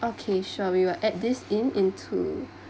okay sure we will add this in into